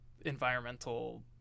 environmental